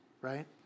right